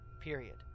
period